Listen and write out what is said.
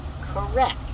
Correct